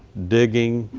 digging,